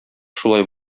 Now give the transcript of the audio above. шулай